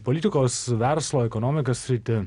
politikos verslo ekonomikos srity